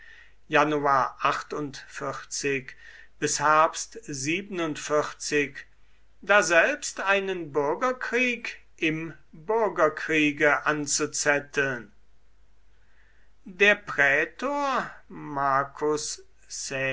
daselbst einen bürgerkrieg im bürgerkriege anzuzetteln der prätor marcus